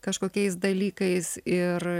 kažkokiais dalykais ir